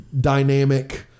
dynamic